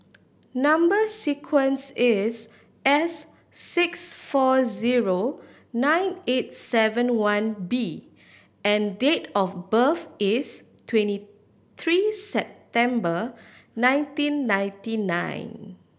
number sequence is S six four zero nine eight seven one B and date of birth is twenty three September nineteen ninety nine